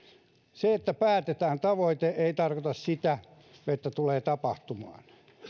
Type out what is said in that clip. se että päätetään tavoite ei tarkoita sitä että tulee tapahtumaan